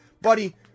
buddy